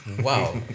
Wow